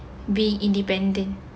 being independent